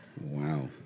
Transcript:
Wow